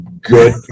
good